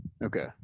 Okay